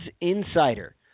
Insider